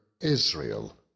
Israel